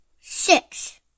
six